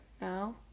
now